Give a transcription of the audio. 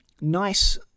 nice